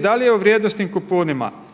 da li je u vrijednosnim kuponima